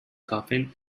coffin